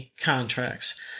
contracts